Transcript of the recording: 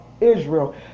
Israel